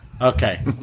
okay